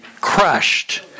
crushed